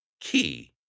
key